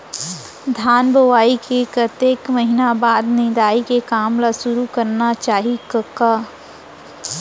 धान बोवई के कतेक महिना बाद निंदाई के काम ल सुरू करना चाही कका?